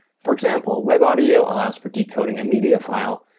for example, webaudio allows for decoding a media file,